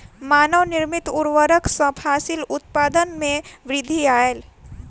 मानव निर्मित उर्वरक सॅ फसिल उत्पादन में वृद्धि आयल